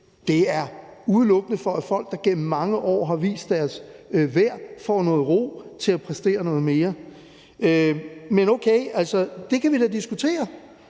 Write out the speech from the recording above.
Det er udelukkende for, at folk, der gennem mange år har vist deres værd, får noget ro til at præstere noget mere. Men okay, det kan vi da diskutere,